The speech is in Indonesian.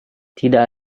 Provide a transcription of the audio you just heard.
tidak